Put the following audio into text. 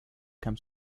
comes